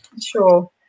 sure